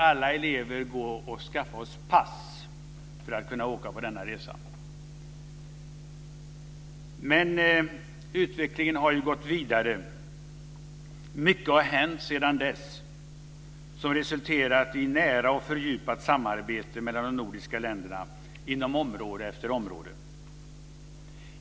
Alla elever fick skaffa sig pass för att kunna åka på denna resa. Men utvecklingen har gått vidare och mycket har hänt sedan dess som resulterat i ett nära och fördjupat samarbete mellan de nordiska länderna inom område efter område.